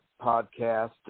podcast